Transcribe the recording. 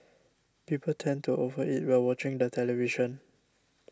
people tend to over eat while watching the television